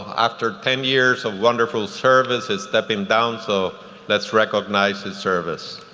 after ten years of wonderful service is stepping down so let's recognize his service.